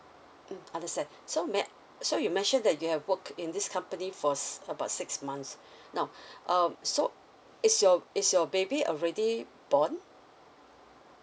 mm understand so may I so you mentioned that you have worked in this company for s~ about six months now um so is your is your baby already born